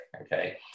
okay